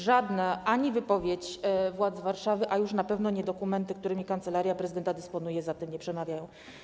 Żadna wypowiedź władz Warszawy, a już na pewno nie dokumenty, którymi Kancelaria Prezydenta dysponuje, za tym nie przemawia.